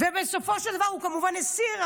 ובסופו של דבר הוא כמובן הסיר,